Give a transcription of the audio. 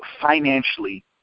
financially